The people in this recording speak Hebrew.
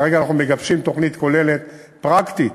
כרגע אנחנו מגבשים תוכנית כוללת פרקטית.